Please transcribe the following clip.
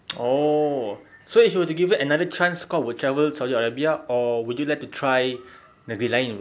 oh so if you were given another chance kau will travel saudi arabia or would you like to try negeri lain